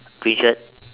pink shirt